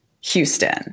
Houston